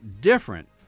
different